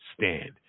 stand